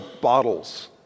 bottles